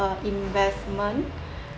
uh investment